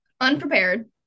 unprepared